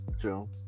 true